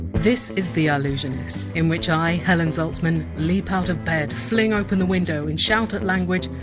this is the allusionist, in which i, helen zaltzman, leap out of bed, fling open the window and shout at language!